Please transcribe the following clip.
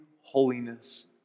holiness